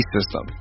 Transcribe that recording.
System